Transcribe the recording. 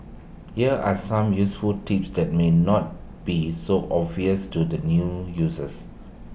here are some useful tips that may not be so obvious to the new users